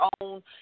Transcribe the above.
own